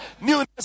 Newness